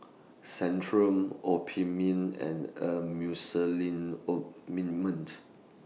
Centrum Obimin and